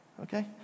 Okay